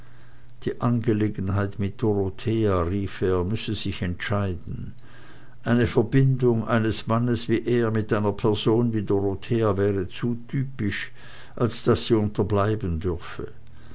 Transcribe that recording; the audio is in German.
die angelegenheit mit dorothea rief er müsse sich entscheiden eine verbindung eines mannes wie er mit einer person wie dorothea wäre zu typisch als daß sie unterbleiben dürfte